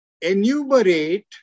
enumerate